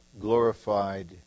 glorified